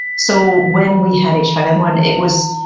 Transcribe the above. so when we had h five n one it was,